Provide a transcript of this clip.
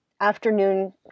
afternoon